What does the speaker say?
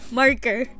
marker